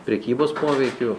prekybos poveikiu